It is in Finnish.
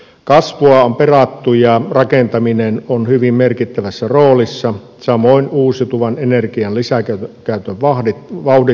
kasvua on perattu ja rakentaminen on hyvin merkittävässä roolissa samoin uusiutuvan energian lisäkäytön vauhdittaminen